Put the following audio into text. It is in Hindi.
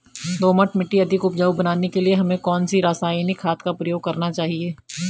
दोमट मिट्टी को अधिक उपजाऊ बनाने के लिए हमें कौन सी रासायनिक खाद का प्रयोग करना चाहिए?